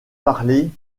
parlée